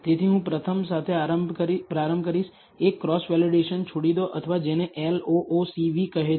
તેથી હું પ્રથમ સાથે પ્રારંભ કરીશ એક ક્રોસ વેલિડેશન છોડી દો અથવા જેને LOOCV કહે છે